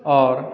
और